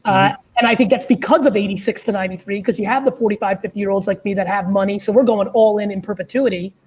and i think that's because of eighty six to ninety three, because you have the forty five, fifty year olds like me that have money. so we're going all in, in perpetuity.